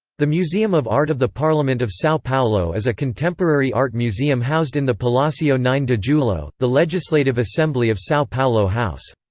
the museum of art of the parliament of sao paulo is a contemporary art museum housed in the palacio nine de julho, the legislative assembly of sao paulo house.